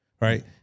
right